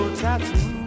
tattoo